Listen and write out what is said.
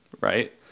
right